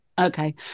okay